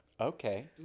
Okay